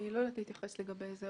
אני לא יודעת להתייחס לגבי זה.